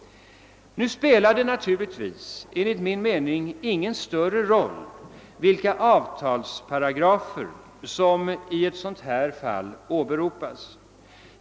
Nu spelar det emellertid ingen större roll vilka avtalsparagrafer som åberopas i ett sådant här fall.